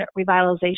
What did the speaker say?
revitalization